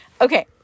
Okay